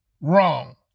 wrong